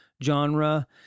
genre